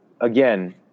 again